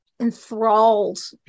enthralled